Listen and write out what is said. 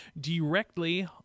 directly